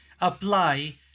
apply